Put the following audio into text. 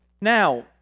Now